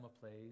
plays